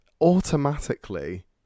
automatically